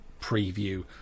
preview